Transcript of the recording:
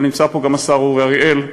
אבל נמצא גם פה השר אורי אריאל,